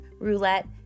Roulette